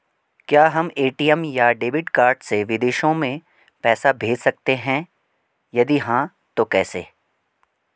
क्या हम ए.टी.एम या डेबिट कार्ड से विदेशों में पैसे भेज सकते हैं यदि हाँ तो कैसे?